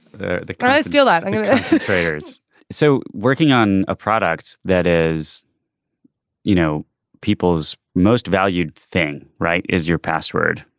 the the kind of deal that layers so working on a product that is you know people's most valued thing right is your password.